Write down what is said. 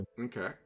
okay